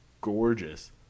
gorgeous